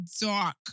dark